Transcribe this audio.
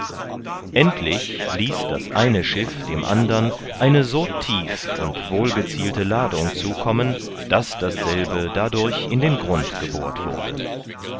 endlich ließ das eine schiff dem andern eine so tief und wohlgezielte ladung zukommen daß dasselbe dadurch in den grund gebohrt wurde